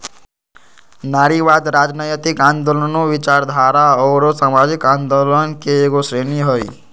नारीवाद, राजनयतिक आन्दोलनों, विचारधारा औरो सामाजिक आंदोलन के एगो श्रेणी हइ